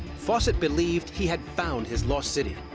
fawcett believed he had found his lost city.